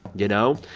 you know?